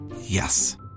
Yes